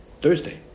Thursday